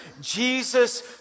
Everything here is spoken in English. Jesus